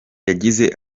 yagize